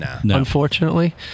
unfortunately